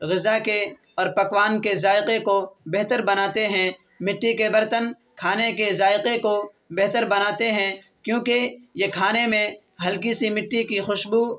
غذا کے اور پکوان کے ذائقے کو بہتر بناتے ہیں مٹی کے برتن کھانے کے ذائقے کو بہتر بناتے ہیں کیونکہ یہ کھانے میں ہلکی سی مٹی کی خوشبو